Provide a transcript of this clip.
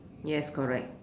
yes correct